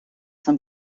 zum